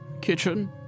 kitchen